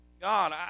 God